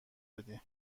بدی